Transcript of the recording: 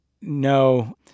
no